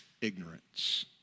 Ignorance